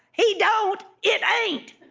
he don't, it ain't